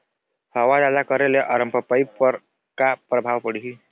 हवा जादा करे ले अरमपपई पर का परभाव पड़िही?